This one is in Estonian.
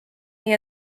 nii